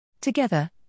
Together